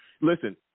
Listen